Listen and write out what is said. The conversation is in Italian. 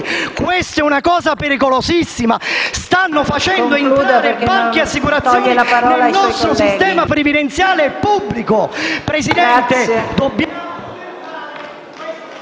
Questa è una cosa pericolosissima! Stanno facendo entrare banche e assicurazioni nel nostro sistema previdenziale pubblico. Signora